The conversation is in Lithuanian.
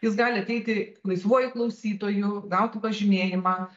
jis gali ateiti laisvuoju klausytoju gauti pažymėjimą